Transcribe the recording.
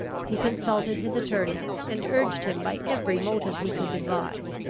he consulted his attorney, and urged him by every motive he could devise,